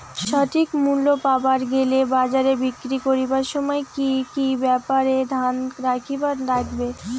সঠিক মূল্য পাবার গেলে বাজারে বিক্রি করিবার সময় কি কি ব্যাপার এ ধ্যান রাখিবার লাগবে?